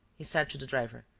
he said, to the driver,